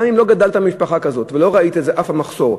גם אם לא גדלת במשפחה כזאת ולא ראית אף פעם מחסור,